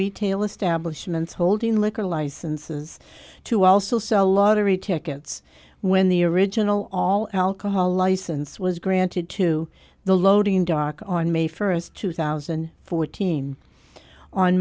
retail establishments holding liquor licenses to also sell lottery tickets when the original all alcohol license was granted to the loading dock on may first two